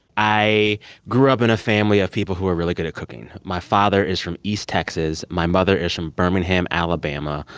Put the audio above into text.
i grew up in a family of people who are really good at cooking. my father is from east texas. my mother is from birmingham, alabama.